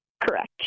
correct